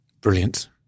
brilliant